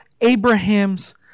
Abraham's